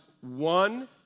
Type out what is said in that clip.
one